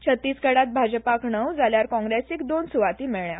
छत्तीसगडांत भाजपाक णव जाल्यार काँग्रेसीक दोन सुवाती मेळळ्या